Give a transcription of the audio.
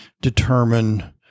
determine